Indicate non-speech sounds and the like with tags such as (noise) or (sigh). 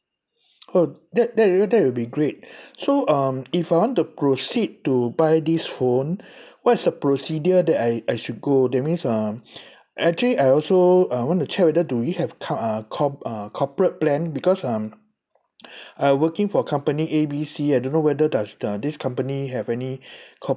(noise) oh that that that will be great so um if I want to proceed to buy this phone what's the procedure that I I should go that means um actually I also I want to check whether do we have cor~ uh corp~ uh corporate plan because um (noise) I working for company A B C I don't know whether does the this company have any